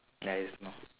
ya is